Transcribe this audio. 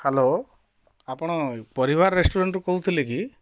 hello ଆପଣ ପରିବାର restaurant ରୁ କହୁଥିଲେ କି